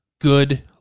good